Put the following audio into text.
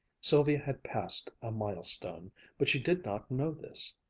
sylvia had passed a milestone. but she did not know this.